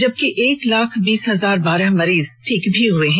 जबकि एक लाख बीस हजार बारह मरीज ठीक हुए हैं